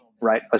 Right